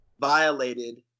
violated